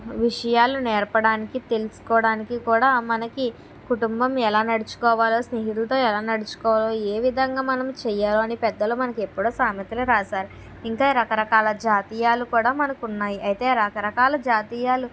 విషయాలు నేర్పడానికి తెలుసుకోవడానికి కూడా మనకి కుటుంబం ఎలా నడుచుకోవాలో స్నేహితులతో ఎలా నడుచుకోవాలో ఏ విధంగా మనం చేయాలనీ పెద్దలు మనకు ఎప్పుడో సామెతలు రాశారు ఇంకా రకరకాల జాతీయాలు కూడా మనకున్నాయి అయితే రకరకాల జాతీయాలు